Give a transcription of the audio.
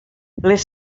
les